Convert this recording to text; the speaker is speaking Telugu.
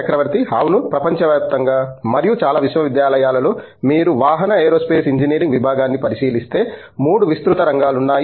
చక్రవర్తి అవును ప్రపంచవ్యాప్తంగా మరియు చాలా విశ్వవిద్యాలయాలలో మీరు వాహన ఏరోస్పేస్ ఇంజనీరింగ్ విభాగాన్ని పరిశీలిస్తే 3 విస్తృత రంగాలు ఉన్నాయి